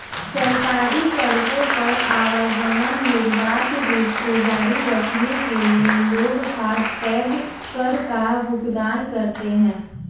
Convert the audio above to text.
सरकारी सड़कों पर आवागमन निर्बाध रूप से जारी रखने के लिए लोग फास्टैग कर का भुगतान करते हैं